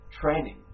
training